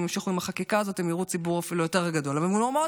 אם הם ימשיכו עם החקיקה הזאת הם יראו ציבור אפילו יותר גדול.